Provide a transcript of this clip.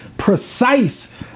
precise